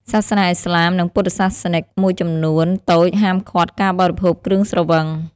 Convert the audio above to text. សាសនាឥស្លាម និងពុទ្ធសាសនិកមួយចំនួនតូច ហាមឃាត់ការបរិភោគគ្រឿងស្រវឹង។